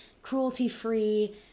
cruelty-free